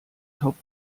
topf